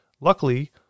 Luckily